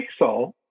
pixel